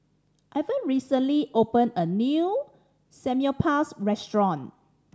Ivah recently opened a new Samgyeopsal restaurant